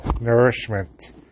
nourishment